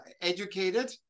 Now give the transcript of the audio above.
educated